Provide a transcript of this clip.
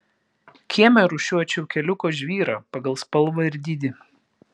kieme rūšiuočiau keliuko žvyrą pagal spalvą ir dydį